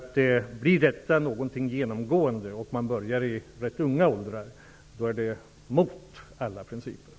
Om detta blir något genomgående, som man börjar med i ganska unga år, strider det mot alla principer.